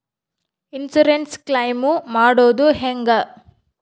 Insurance claim ಮಾಡೋದು ಹೆಂಗ?